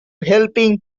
helping